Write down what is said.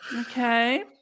Okay